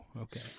okay